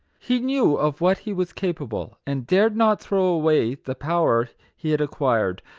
he knew of what he was capable, and dared not throw away the power he had acquired,